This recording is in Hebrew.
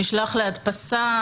נשלח להדפסה,